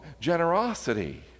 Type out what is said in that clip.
generosity